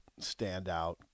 standout